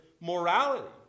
morality